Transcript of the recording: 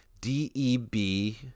D-E-B